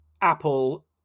Apple